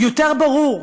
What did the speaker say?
יותר ברור,